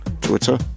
Twitter